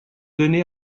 donné